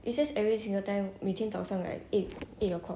it's just every single time 每天早上 like eight eight o'clock